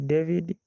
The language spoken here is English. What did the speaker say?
David